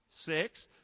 Six